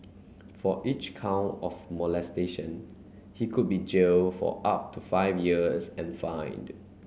for each count of molestation he could be jailed for up to five years and fined